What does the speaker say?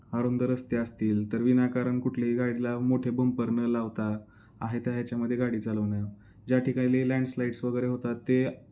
अरुंद रस्ते असतील तर विनाकारण कुठलेही गाडीला मोठे बंपर न लावता आहे त्या ह्याच्यामध्ये गाडी चालवणं ज्या ठिकाणी लँडस्लाईड्स वगैरे होतात ते